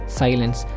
silence